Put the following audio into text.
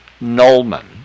Nolman